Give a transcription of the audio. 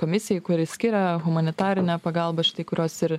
komisijai kuri skiria humanitarinę pagalbą šitai kurios ir